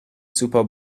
super